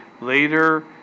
later